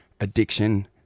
addiction